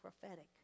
prophetic